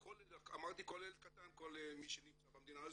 אמרתי, כל ילד קטן, כל מי שנמצא במדינה הזאת